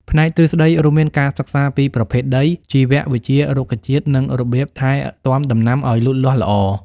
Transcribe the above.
ផ្នែកទ្រឹស្តីរួមមានការសិក្សាពីប្រភេទដី ជីវវិទ្យារុក្ខជាតិ និងរបៀបថែទាំដំណាំឱ្យលូតលាស់ល្អ។